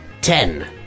Ten